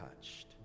touched